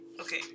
Okay